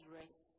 rest